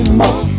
more